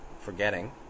forgetting